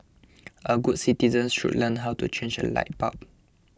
all good citizens should learn how to change a light bulb